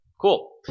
cool